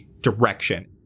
direction